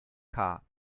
car